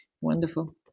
wonderful